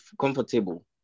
comfortable